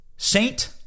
Saint